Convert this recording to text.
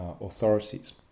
authorities